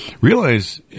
realize